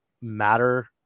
matter